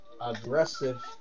aggressive